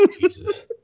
Jesus